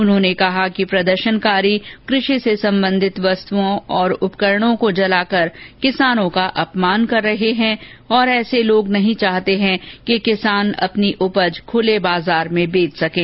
उन्होंने कहा कि प्रदर्शनकारी कृषि से संबंधित वस्तुओं और उपकरणों को जलाकर किसानों का अपमान कर रहे है और ऐसे लोग नहीं चाहते कि किसान अपनी उपज खूले बाजार में बेच सकें